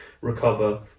recover